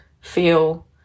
feel